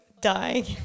dying